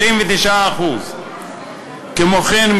99%. כמו כן,